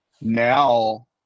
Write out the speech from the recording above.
now